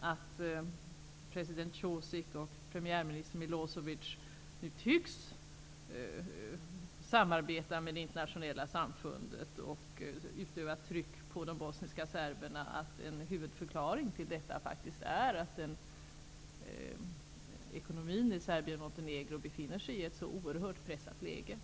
att president Cosic och premiärminister Milosevic nu tycks samarbeta med det internationella samfundet och utöva tryck på de bosniska serberna faktiskt är att ekonomin i Serbien-Montenegro befinner sig i ett så oerhört pressat läge.